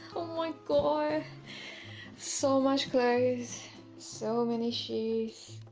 oh my god so much clothes so many shades